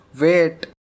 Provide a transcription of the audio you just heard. wait